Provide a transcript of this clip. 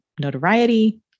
notoriety